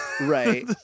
right